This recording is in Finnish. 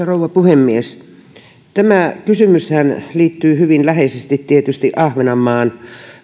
rouva puhemies tämä kysymyshän liittyy hyvin läheisesti ahvenanmaan